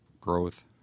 growth